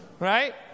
right